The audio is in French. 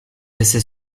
essais